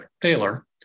Thaler